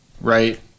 right